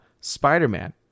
Spider-Man